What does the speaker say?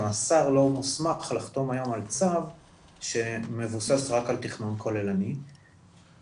השר לא מוסמך לחתום היום על צו שמבוסס רק על תכנון כוללני כאמור,